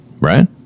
Right